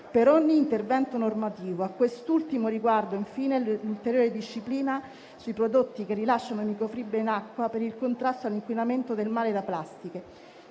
per ogni intervento normativo. A quest'ultimo riguardo, infine, vi è l'ulteriore disciplina sui prodotti che rilasciano microfibra in acqua per il contrasto all'inquinamento del mare da plastiche.